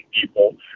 people